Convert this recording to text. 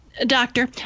Doctor